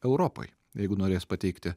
europai jeigu norės pateikti